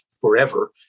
forever